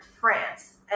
France